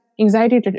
anxiety